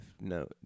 no